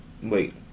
Wait